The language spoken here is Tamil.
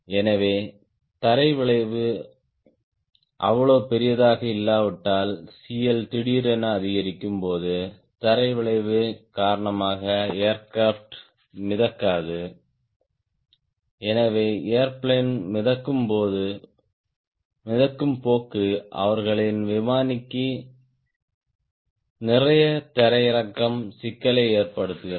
எனவே தரை விளைவு அவ்வளவு பெரியதாக இல்லாவிட்டால் CL திடீரென அதிகரிக்கும் போது தரை விளைவு காரணமாக ஏர்கிராப்ட் மிதக்காது எனவே ஏர்பிளேன் மிதக்கும் போக்கு அவர்களின் விமானிக்கு நிறைய தரையிறங்கும் சிக்கலை ஏற்படுத்துகிறது